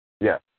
Yes